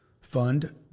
fund